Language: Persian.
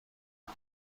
کنم